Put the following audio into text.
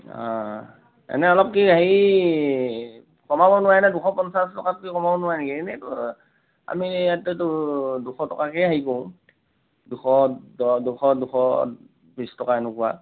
অ এনে অলপ কি হেৰি কমাব নোৱাৰেনে দুশ পঞ্চাছ টকাতকৈ কমাব নোৱাৰে নেকি এনেতো আমি ইয়াতেতো দুশ টকাকেই হেৰি কৰোঁ দুশ দহ দুশ দুশ বিশ টকা সেনেকুৱা